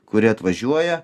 kuri atvažiuoja